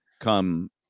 come